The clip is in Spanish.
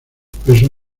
pesos